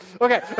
Okay